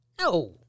No